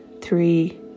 three